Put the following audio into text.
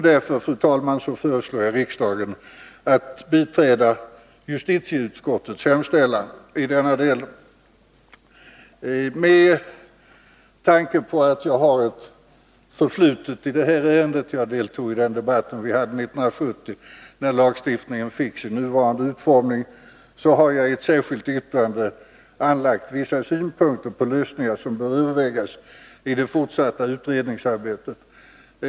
Därför, fru talman, föreslår jag riksdagen att biträda justitieutskottets hemställan i denna del. Men tanke på att jag har ett förflutet i ärendet — jag deltog i den debatt vi hade 1970, när lagstiftningen fick sin nuvarande utformning — har jag i ett särskilt yttrande anlagt vissa synpunkter på lösningar som bör övervägas i det fortsatta utredningsarbetet.